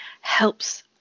helps